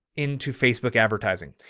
into facebook advertising.